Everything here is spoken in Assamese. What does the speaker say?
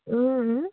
ও ও